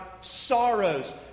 sorrows